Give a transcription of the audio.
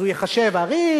אז הוא ייחשב עריק,